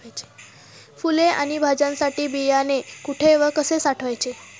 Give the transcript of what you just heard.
फुले आणि भाज्यांसाठी बियाणे कुठे व कसे साठवायचे?